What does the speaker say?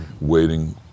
waiting